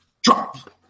drop